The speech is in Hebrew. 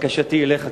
בקשתי אליך,